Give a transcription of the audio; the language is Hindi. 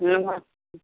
नमस्ते